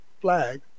flag